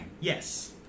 Yes